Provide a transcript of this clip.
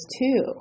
two